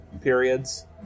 periods